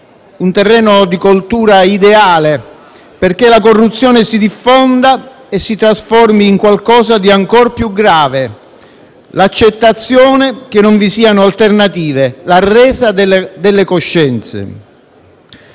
Un terreno di coltura ideale perché la corruzione si diffonda e si trasformi in qualcosa di ancor più grave: l'accettazione che non vi siano alternative, la resa delle coscienze.